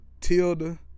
Tilda